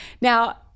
now